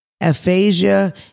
aphasia